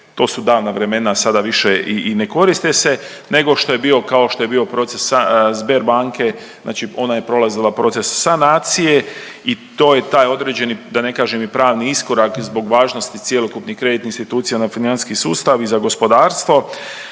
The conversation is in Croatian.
to su davna vremena sada više i ne koriste se, nego što je bio, kao što je bio proces Sberbanke, znači ona je prolazila proces sanacije i to je taj određeni da ne kažem i pravni iskorak zbog važnosti cjelokupnih kreditnih institucija na financijski sustav i za gospodarstvo